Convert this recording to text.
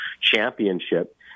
championship